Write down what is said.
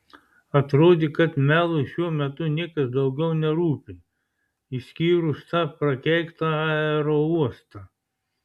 atrodė kad melui šiuo metu niekas daugiau nerūpi išskyrus tą prakeiktą aerouostą